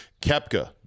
kepka